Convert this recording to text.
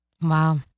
Wow